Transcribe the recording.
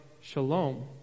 Shalom